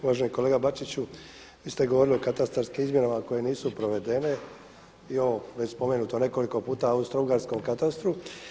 Uvaženi kolega Bačiću, vi ste govorili o katastarskim izmjerama koje nisu provedene i ovo već spomenuto nekoliko puta Austrougarska u katastru.